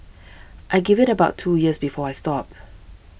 I give it about two years before I stop